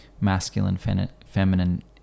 masculine-feminine